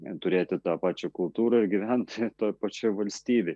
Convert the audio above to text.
turėti tą pačią kultūrą ir gyventi toj pačioj valstybėj